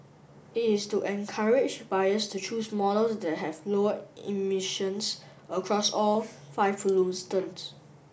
it is to encourage buyers to choose models that have lower emissions across all five